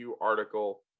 article